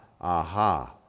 aha